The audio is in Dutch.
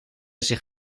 zich